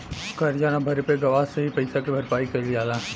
करजा न भरे पे गवाह से ही पइसा के भरपाई कईल जाला